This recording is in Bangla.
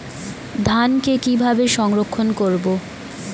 ধানকে কিভাবে সংরক্ষণ করব?